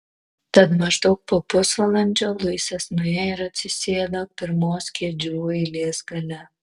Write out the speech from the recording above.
tad maždaug po pusvalandžio luisas nuėjo ir atsisėdo pirmos kėdžių eilės gale